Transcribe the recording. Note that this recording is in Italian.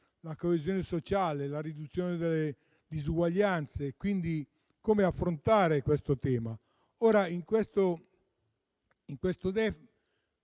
la coesione sociale e la riduzione delle disuguaglianze e come affrontare questo tema. In questo DEF tutto